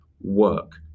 work